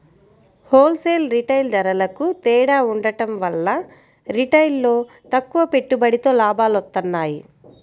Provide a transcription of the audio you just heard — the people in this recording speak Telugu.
హోల్ సేల్, రిటైల్ ధరలకూ తేడా ఉండటం వల్ల రిటైల్లో తక్కువ పెట్టుబడితో లాభాలొత్తన్నాయి